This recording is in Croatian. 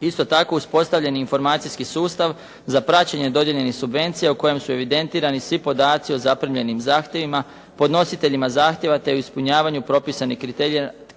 Isto tako uspostavljeni informacijski sustav za praćenje dodijeljenih subvencija u kojem su evidentirani svi podaci o zaprimljenim zahtjevima podnositeljima zahtjeva te u ispunjavanju propisanih